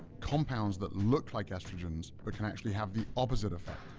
compounds that look like estrogens but can actually have the opposite effect,